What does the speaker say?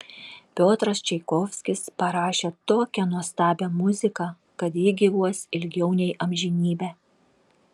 piotras čaikovskis parašė tokią nuostabią muziką kad ji gyvuos ilgiau nei amžinybę